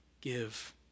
give